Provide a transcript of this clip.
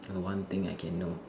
one thing I can know